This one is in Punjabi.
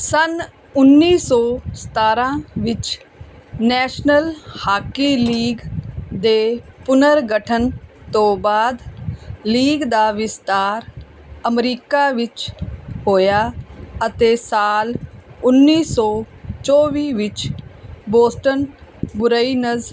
ਸੰਨ ਉੱਨੀ ਸੌ ਸਤਾਰ੍ਹਾਂ ਵਿੱਚ ਨੈਸ਼ਨਲ ਹਾਕੀ ਲੀਗ ਦੇ ਪੁਨਰਗਠਨ ਤੋਂ ਬਾਅਦ ਲੀਗ ਦਾ ਵਿਸਤਾਰ ਅਮਰੀਕਾ ਵਿੱਚ ਹੋਇਆ ਅਤੇ ਸਾਲ ਉੱਨੀ ਸੌ ਚੌਵੀ ਵਿੱਚ ਬੋਸਟਨ ਬਰੂਈਨਜ਼